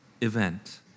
event